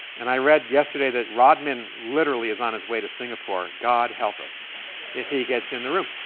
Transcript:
and i read yesterday that rodman literally is on his way to singapore. god help us if he gets in the room.